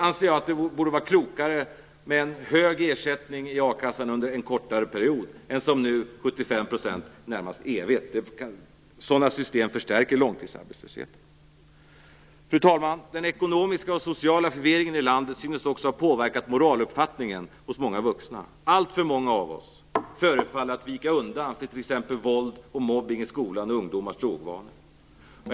anser jag att det borde vara klokare med en hög ersättning i a-kassan under en kortare period än som nu, en 75-procentig ersättning som är närmast evig. Sådana system förstärker i stället långtidsarbetslösheten. Fru talman! Den ekonomiska och sociala förvirringen i landet synes också ha påverkat moraluppfattningen hos många vuxna. Alltför många av oss förefaller vika undan för t.ex. våld och mobbning i skolan och för ungdomars drogvanor.